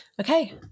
Okay